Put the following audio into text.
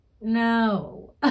no